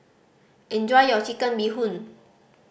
enjoy your Chicken Bee Hoon